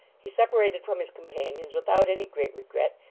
he separated from his companions without any great regret,